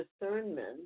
discernment